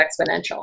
exponential